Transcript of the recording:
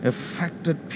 Affected